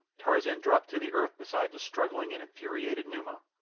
tarzan dropped to the earth beside the struggling and infuriated numa,